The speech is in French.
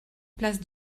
place